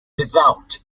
without